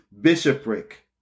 bishopric